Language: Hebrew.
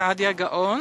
סעדיה גאון,